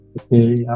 Okay